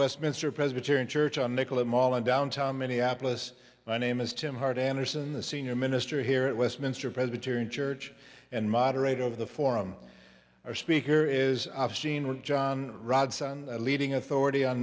westminster presbyterian church on nicollet mall in downtown minneapolis my name is tim hart anderson the senior minister here at westminster presbyterian church and moderator of the forum or speaker is obscene with john rod sun a leading authority on